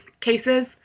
cases